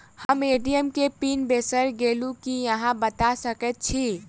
हम ए.टी.एम केँ पिन बिसईर गेलू की अहाँ बता सकैत छी?